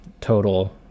total